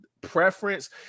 preference